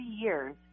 years